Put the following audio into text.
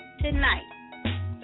tonight